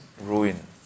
ruin